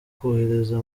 kohereza